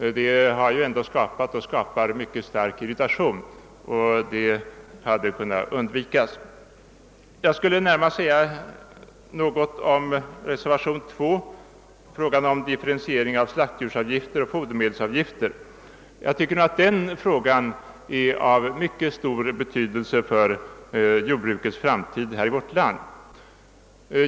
Den har ju ändå skapat och skapar mycket stark irritation, vilket hade kunnat undvikas. Jag skulle närmast något vilja beröra reservationen 2 angående differentiering av slaktdjursavgifter och fodermedelsavgifter. Jag anser att den frågan är av mycket stor betydelse för jordbrukets framtid i vårt land.